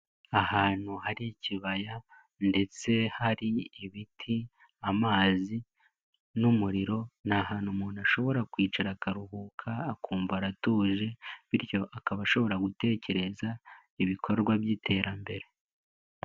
Ahantu hari ikibaya ndetse hari ibiti amazi n'umuriro ni ahantu umuntu ashobora kwicara akaruhuka akumva atuje, bityo akaba ashobora gutekereza ibikorwa by'iterambere.